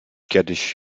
kiedyś